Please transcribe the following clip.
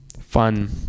Fun